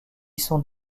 sont